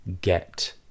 get